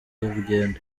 urugendo